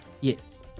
Yes